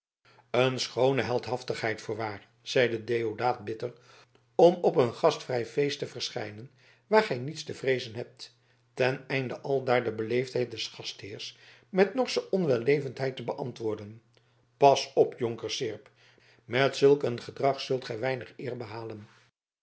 een schoone heldhaftigheid voorwaar zeide deodaat bitter om op een gastvrij feest te verschijnen waar gij niets te vreezen hebt ten einde aldaar de beleefdheid des gastheers met norsche onwellevendheid te beantwoorden pas op jonker seerp met zulk een gedrag zult gij weinig eer behalen